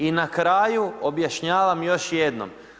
I na kraju, objašnjavam još jednom.